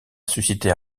susciter